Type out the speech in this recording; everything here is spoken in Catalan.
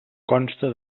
consta